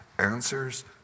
answers